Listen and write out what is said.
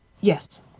Yes